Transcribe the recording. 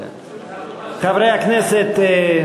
חברי הכנסת,